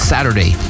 Saturday